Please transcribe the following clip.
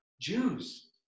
Jews